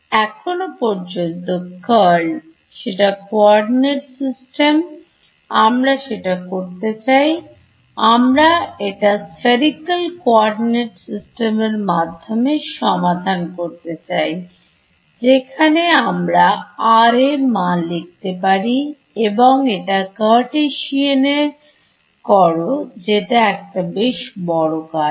এখনো পর্যন্ত Curl সেটা কোঅর্ডিনেট সিস্টেম আমরা সেটা করতে চাই আমরা এটা Spherical কোঅর্ডিনেট সিস্টেম এর মাধ্যমে সমাধান করতে চাই যেখানে আমরা r এর মান লিখতে পারি এবং এটা কার্টেসিয়ান এ করো যেটা একটা বেশ বড় কাজ